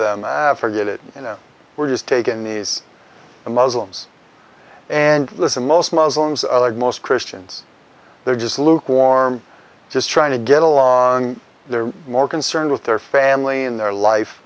them forget it we're just taken these muslims and this and most muslims most christians they're just lukewarm just trying to get along they're more concerned with their family in their life